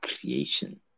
creation